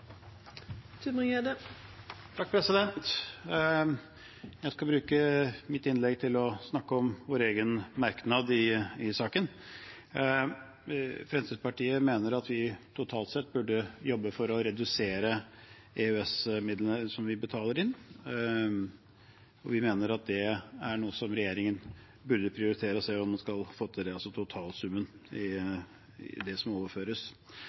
mener at vi totalt sett burde jobbe for å redusere EØS-midlene som vi betaler inn. Vi mener at det er noe som regjeringen burde prioritere og se om man kan få til, altså totalsummen av det som overføres.